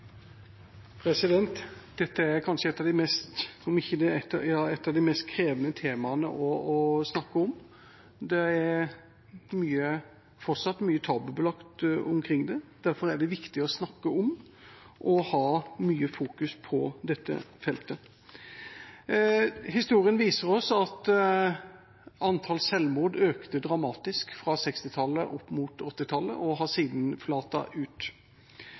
mest krevende temaene å snakke om. Det er fortsatt mye tabubelagt omkring det, derfor er det viktig å snakke om og fokusere mye på dette feltet. Historien viser oss at antall selvmord økte dramatisk fra 1960-tallet fram mot 1980-tallet og har siden flatet ut.